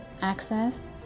access